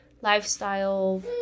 lifestyle